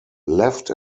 left